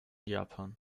japan